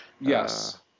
Yes